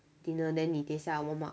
dinner then 你等下 warm up